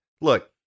look